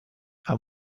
and